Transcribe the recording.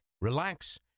relax